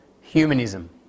humanism